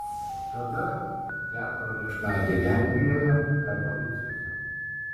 tada teatro viešnagė lenkijoje katovicuose